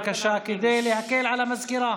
בבקשה כדי להקל על המזכירה.